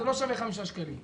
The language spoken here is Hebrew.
זה לא שווה חמישה שקלים,